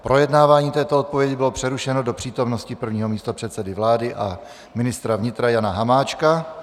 Projednávání této odpovědi bylo přerušeno do přítomnosti prvního místopředsedy vlády a ministra vnitra Jana Hamáčka.